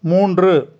மூன்று